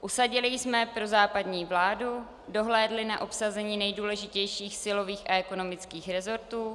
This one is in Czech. Usadili jsme prozápadní vládu, dohlédli na obsazení nejdůležitějších silových a ekonomických resortů.